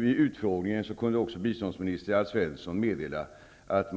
Vid utfrågningen meddelade biståndsminister Alf Svensson att